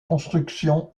construction